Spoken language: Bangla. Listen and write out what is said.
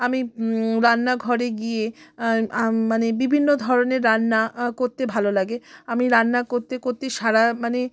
আমি রান্নাঘরে গিয়ে মানে বিভিন্ন ধরনের রান্না করতে ভালো লাগে আমি রান্না করতে করতে সারা মানে